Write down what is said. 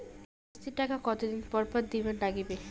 কিস্তির টাকা কতোদিন পর পর দিবার নাগিবে?